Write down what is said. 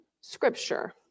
Scripture